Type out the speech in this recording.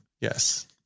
yes